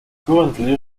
currently